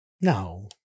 No